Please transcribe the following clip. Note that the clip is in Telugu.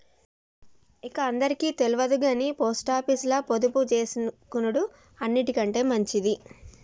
ఇంక అందరికి తెల్వదుగని పోస్టాపీసుల పొదుపుజేసుకునుడు అన్నిటికంటె మంచిది